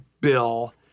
bill